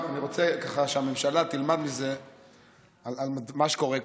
אני רוצה שהממשלה תלמד מזה על מה שקורה כאן,